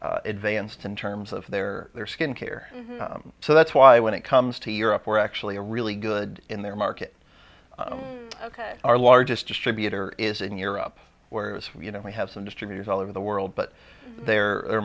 very advanced in terms of their skin care so that's why when it comes to europe we're actually a really good in their market ok our largest distributor is in europe where you know we have some distributors all over the world but there are